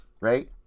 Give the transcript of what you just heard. right